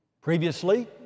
Previously